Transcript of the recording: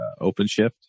OpenShift